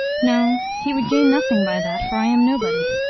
no, he would gain nothing by that, for i am nobody.